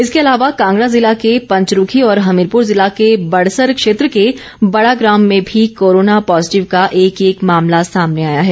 इसके अलावा कांगड़ा जिला के पंचरूखी और हमीरपुर जिला के बड़सर क्षेत्र के बड़ाग्राम में भी कोरोना पॉजिटिव का एक एक मामला सामने आया है